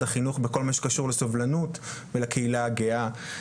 החינוך בכל מה שקשור לסובלנות ולקהילה הגאה.